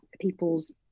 people's